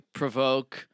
provoke